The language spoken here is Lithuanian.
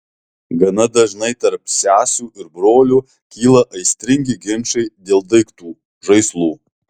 gana dažnai tarp sesių ir brolių kyla aistringi ginčai dėl daiktų žaislų